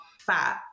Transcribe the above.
fat